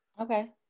Okay